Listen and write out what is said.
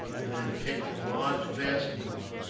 and had picked a large basketful.